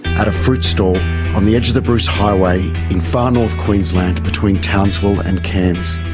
at a fruit stall on the edge of the bruce highway in far north queensland between townsville and cairns.